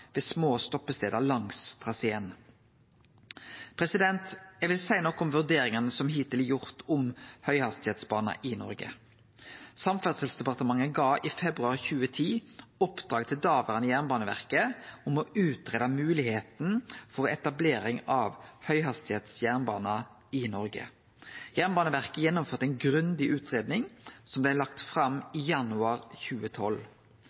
ved små stoppestader langs traséen. Eg vil seie noko om vurderingane som hittil er gjorde om høghastigheitsbane i Noreg. Samferdselsdepartementet gav i februar 2010 oppdrag til dåverande Jernbaneverket om å greie ut moglegheita for etablering av høghastigheits jernbane i Noreg. Jernbaneverket gjennomførte ei grundig utgreiing som blei lagd fram i januar 2012.